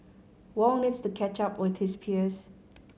Wong needs to catch up with his peers